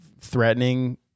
threatening